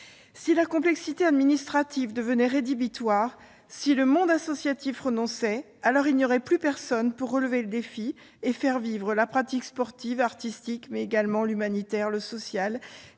Si la complexité administrative devenait rédhibitoire, si le monde associatif renonçait, alors il n'y aurait plus personne pour relever le défi et faire vivre la pratique sportive, artistique, mais également l'humanitaire, le social,